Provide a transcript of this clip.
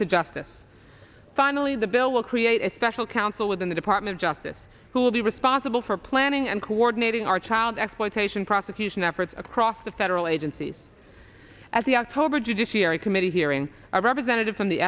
to justice finally the bill will create a special counsel within the department of justice who will be responsible for planning and coordinating our child exploitation prosecution efforts across the federal agencies as the october judiciary committee hearing a representative from the